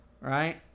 right